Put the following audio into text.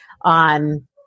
on